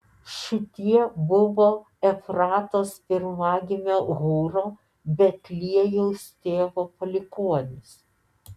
šitie buvo efratos pirmagimio hūro betliejaus tėvo palikuonys